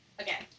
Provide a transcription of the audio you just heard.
Okay